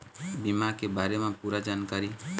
बीमा के बारे म पूरा जानकारी?